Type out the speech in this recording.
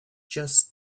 just